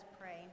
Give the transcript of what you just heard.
pray